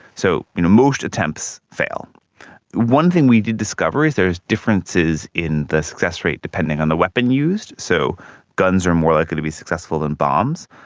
so you know most attempts fail. the one thing we did discover is there's differences in the success rate depending on the weapon used, so guns are more likely to be successful than bombs,